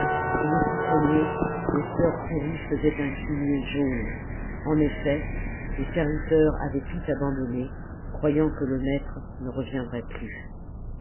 sous les citronniers les fleurs pourries faisaient un fumier jaune en effet les serviteurs avaient tout abandonné croyant que le maître ne reviendrait plus